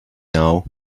now